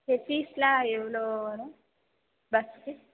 சரி ஃபீஸ்லாம் எவ்வளோ வரும் பஸ்ஸுக்கு